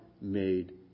made